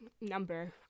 number